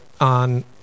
on